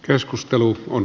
keskustelu on